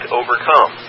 overcome